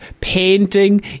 painting